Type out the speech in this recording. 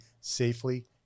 safely